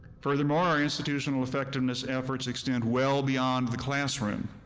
furthermore, institutional effectiveness efforts extend well beyond the classroom.